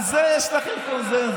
על זה יש לכם קונסנזוס.